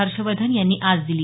हर्षवर्धन यांनी आज दिली